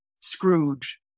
Scrooge